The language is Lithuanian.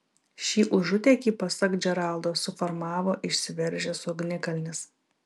šį užutėkį pasak džeraldo suformavo išsiveržęs ugnikalnis